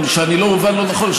שאני לא אובן לא נכון,